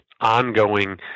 ongoing